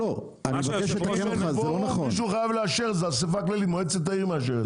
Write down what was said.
מישהו חייב לאשר זה האספה כללית מועצת העיר מאשרת.